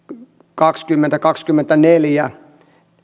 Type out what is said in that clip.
kaksikymmentä viiva kaksikymmentäneljä